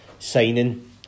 Signing